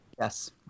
Yes